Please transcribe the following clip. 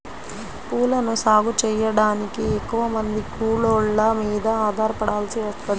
పూలను సాగు చెయ్యడానికి ఎక్కువమంది కూలోళ్ళ మీద ఆధారపడాల్సి వత్తది